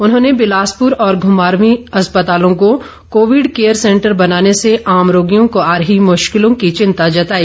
उन्होंने बिलासपुर और घुमारवीं अस्पतालों को कोविड केयर सेंटर बनाने से आम रोगियों को आ रही मुश्किलों की चिन्ता जताई